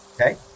Okay